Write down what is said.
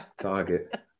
target